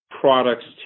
products